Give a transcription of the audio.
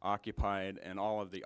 occupied and all of the